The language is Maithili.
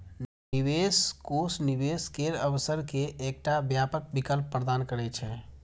निवेश कोष निवेश केर अवसर के एकटा व्यापक विकल्प प्रदान करै छै